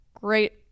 great